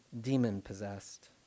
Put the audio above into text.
demon-possessed